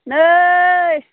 नै